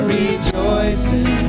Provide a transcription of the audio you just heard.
rejoicing